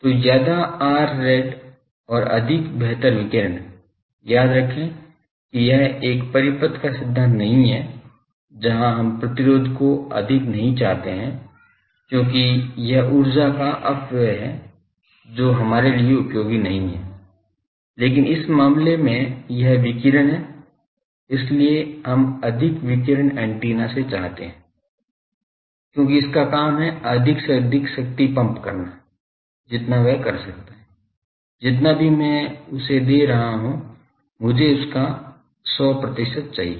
तो ज्यादा R rad और अधिक बेहतर विकीर्ण याद रखें कि यह एक परिपथ का सिद्धांत नहीं है जहां हम प्रतिरोध को अधिक नहीं चाहते हैं क्योंकि यह ऊर्जा का अपव्यय है जो हमारे लिए उपयोगी नहीं है लेकिन इस मामले में यह विकिरण है इसलिए हम अधिक विकिरण ऐन्टेना से चाहते हैं क्योंकि इसका काम है अधिक से अधिक शक्ति पंप करना जितना वह कर सकता है जितना भी मैं उसे दे रहा हूं मुझे उसका 100 प्रतिशत चाहिए